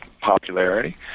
popularity